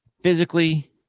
physically